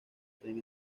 tren